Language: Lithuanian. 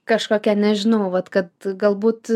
kažkokia nežinoma vat kad galbūt